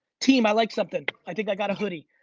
team, i like something i think i got a hoodie.